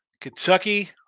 Kentucky